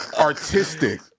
artistic